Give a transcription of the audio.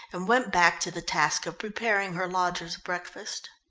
and went back to the task of preparing her lodger's breakfast.